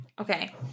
Okay